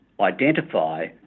identify